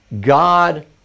God